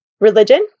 religion